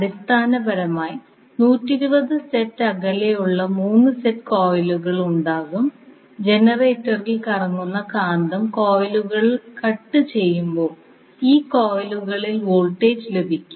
അടിസ്ഥാനപരമായി 120 സെറ്റ് അകലെയുള്ള 3 സെറ്റ് കോയിലുകൾ ഉണ്ടാകും ജനറേറ്ററിൽ കറങ്ങുന്ന കാന്തം കോയിലുകൾ കട്ട് ചെയ്യുമ്പോൾ ഈ കോയിലുകളിൽ വോൾട്ടേജ് ലഭിക്കും